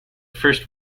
first